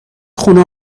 خونه